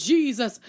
Jesus